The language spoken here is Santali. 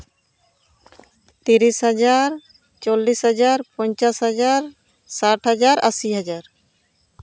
ᱛᱤᱨᱤᱥ ᱦᱟᱰᱟᱨ ᱪᱚᱞᱞᱤᱥ ᱦᱟᱡᱟᱨ ᱯᱚᱧᱪᱟᱥ ᱦᱟᱡᱟᱨ ᱥᱟᱴ ᱦᱟᱡᱟᱨ ᱟᱥᱤ ᱦᱟᱡᱟᱨ